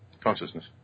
Consciousness